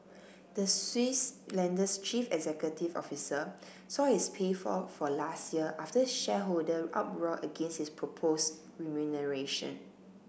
the Swiss lender's chief executive officer saw his pay fall for last year after shareholder uproar against his proposed remuneration